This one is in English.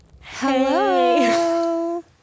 Hello